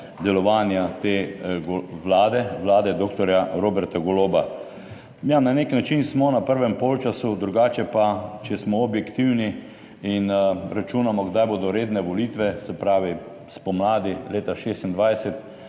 delovanja te Vlade, vlade doktorja Roberta Goloba. Ja, na nek način smo na prvem polčasu, drugače pa, če smo objektivni in računamo, kdaj bodo redne volitve, se pravi, spomladi leta 2026,